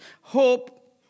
hope